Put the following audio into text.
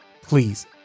please